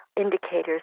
indicators